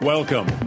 Welcome